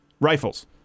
rifles